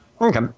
Okay